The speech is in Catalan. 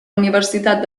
universitat